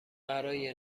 برای